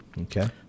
Okay